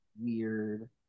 weird